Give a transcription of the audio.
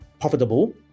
profitable